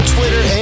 Twitter